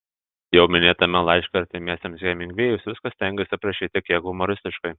jau minėtame laiške artimiesiems hemingvėjus viską stengėsi aprašyti kiek humoristiškai